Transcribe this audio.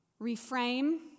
reframe